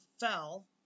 fell